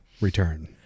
return